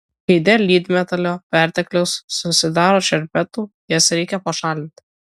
kai dėl lydmetalio pertekliaus susidaro šerpetų jas reikia pašalinti